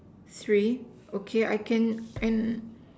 three okay I can and